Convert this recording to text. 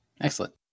Excellent